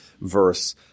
verse